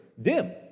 dim